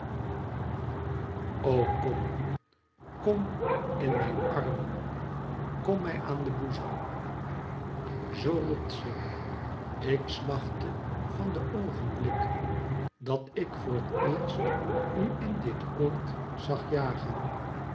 kom in mijn armen kom mij aan den boezem zoo roept ze ik smachtte van den oogenblik dat ik voor t eerst u in dit oord zag jagen